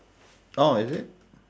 oh is it